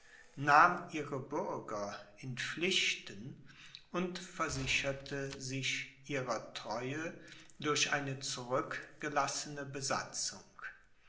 nahm ihre bürger in pflichten und versicherte sich ihrer treue durch eine zurückgelassene besatzung